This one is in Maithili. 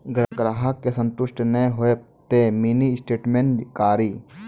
ग्राहक के संतुष्ट ने होयब ते मिनि स्टेटमेन कारी?